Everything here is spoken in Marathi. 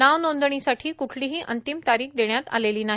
नाव नोंदणीसाठी कुठलीही अंतिम तारीख देण्यात आलेली नाही